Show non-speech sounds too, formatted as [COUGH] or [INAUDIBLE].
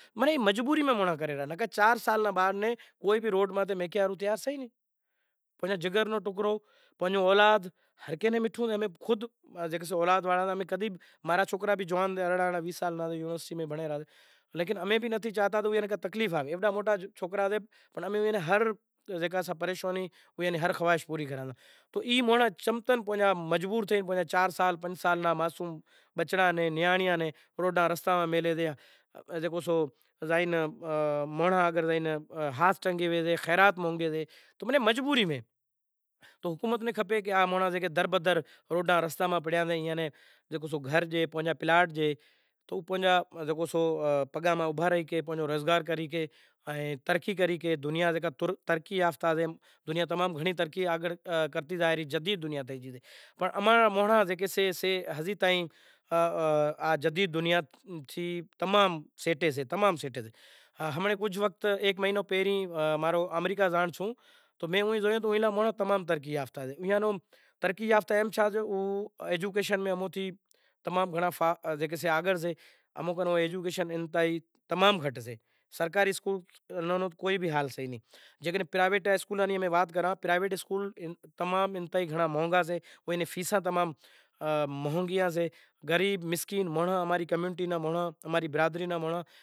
خاص کرے اماں ری وڈیاری قوم شے اے اما راں موٹا، چم کہ اماں ری قوم رو موٹو مسئلو ای سئہ کہ اماں ری قوم میں تاناں زام ہوئیسیں، تاناں جام ایئں ہوئیسیں کہ ایک سدھرے تو نئوں زنڑا ایئے ناں پاڑنڑ واڑا ہوئیسیں کہ بھائی اے چم سدھرے، چم آگر زائے رہیو سئہ، [HESITATION] [UNINTELLIGIBLE] اماں ری کوشش ای سئہ کی وڈیارا قوم آگر آوے ائیں آگر آوے کچھھ بولوا شیکھے ائیں سو مانڑاں رے آگر میں سوال رو جواب آوشے تو کامیاب تھاشیں انے جیکو بھی سئہ پریشانیوں [UNINTELLIGIBLE] گھر رے اندر داہ بھاتی سئہ داہ را داہ بھاتھی کمائی رہیا سیں مگر تو بھی گھر ری پوری نتھی تھیاتی، داہ بھاتی سیں داہ را داہ کمائی ریا تو بھی گھر ری پوری ناں تھاتی، اگے ایک کماتو سو زنڑا کھاتا اماں ری ای کوشش لاگل پڑی شئے کہ وری پرماتما کرشے ایوو ٹیم آوی زاشے تعلیم گھر رو ایک بنیاد سے سجاگ سئے فائدو سے ایک نوکری میں سئے تو گوٹھ واڑاں نیں بھی خبر پڑشے کی یار واقعی فلانڑا رو سوکرو نوکری ماہ شے تو ایئے کوشش کرسیں پانجا اولاد ناں تالیم آنڑشیں انے کوشش کرے اماں ری وڈیاری قوم آگر لاگشے۔